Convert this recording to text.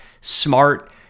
smart